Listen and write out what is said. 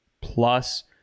plus